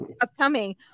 upcoming